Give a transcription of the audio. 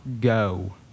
go